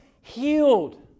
healed